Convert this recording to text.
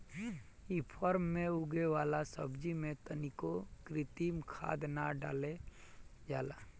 इ फार्म में उगे वाला सब्जी में तनिको कृत्रिम खाद ना डालल जाला